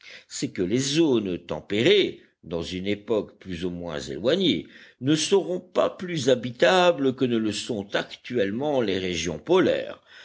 c'est que les zones tempérées dans une époque plus ou moins éloignée ne seront pas plus habitables que ne le sont actuellement les régions polaires